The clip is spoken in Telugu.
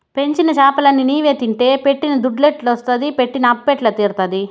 పెంచిన చేపలన్ని నీవే తింటే పెట్టిన దుద్దెట్టొస్తాది పెట్టిన అప్పెట్ట తీరతాది